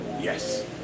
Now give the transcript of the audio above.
Yes